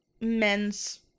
men's